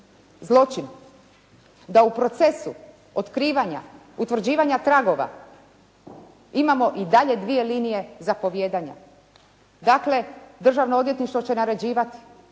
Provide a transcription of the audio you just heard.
zločin da u procesu otkrivanja, utvrđivanja tragova imamo i dalje dvije linije zapovijedanja. Dakle, Državno odvjetništvo će naređivati,